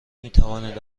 میتوانید